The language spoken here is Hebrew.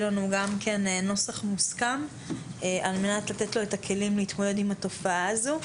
לנו נוסח מוסכם על מנת לתת לו את הכלים להתמודד עם התופעה הזו.